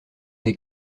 des